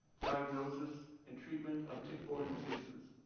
diagnosis, and treatment of tick-borne diseases.